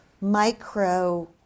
micro